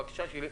בקשה שלי,